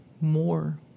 more